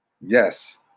yes